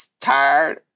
tired